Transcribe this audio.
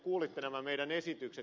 kysynkin teiltä